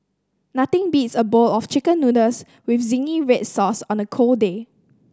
nothing beats a bowl of Chicken Noodles with zingy red sauce on a cold day